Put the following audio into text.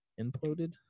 Imploded